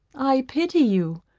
i pity you.